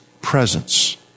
presence